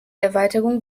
erweiterung